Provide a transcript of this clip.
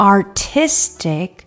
Artistic